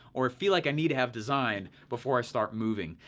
or feel like i need to have designed, before i start moving.